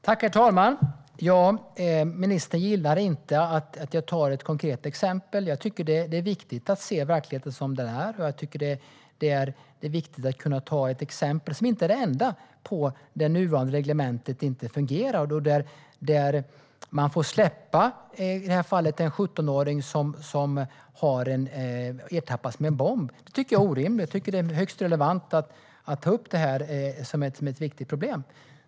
Herr talman! Ministern gillar inte att jag tar ett konkret exempel. Jag tycker att det är viktigt att se verkligheten som den är. Och det är viktigt att kunna ta ett exempel, som inte är det enda, på att det nuvarande regelverket inte fungerar. Man får, i det här fallet, släppa en 17-åring som har ertappats med en bomb. Det tycker jag är orimligt. Det är högst relevant att ta upp det här som ett viktigt problem.